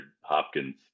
Hopkins